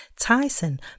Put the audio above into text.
Tyson